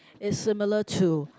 it's similar to